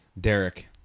Derek